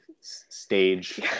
stage